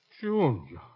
Junior